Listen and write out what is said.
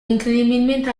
incredibilmente